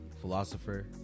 philosopher